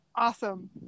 Awesome